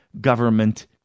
government